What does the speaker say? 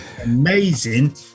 amazing